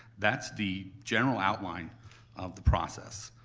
that's the general outline of the process.